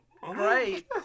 great